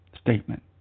statement